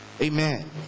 Amen